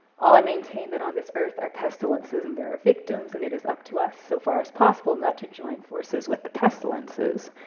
all i maintain that on this earth are pestilences and there are victims, and it is up to us, so far as possible, not to join forces with the pestilences.